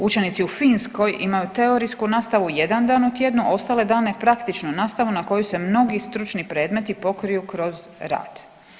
Učenici u Finskoj imaju teorijsku nastavu jedan dan u tjednu, ostale dane praktičnu nastavu na koju se mnogi stručni predmeti pokriju kroz rad.